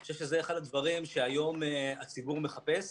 אני חושב שזה אחד הדברים שהיום הציבור מחפש,